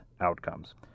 outcomes